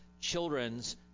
children's